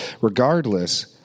Regardless